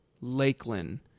Lakeland